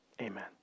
Amen